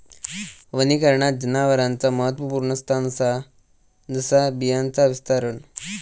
वनीकरणात जनावरांचा महत्त्वपुर्ण स्थान असा जसा बियांचा विस्तारण